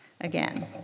Again